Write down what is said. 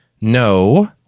No